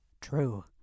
True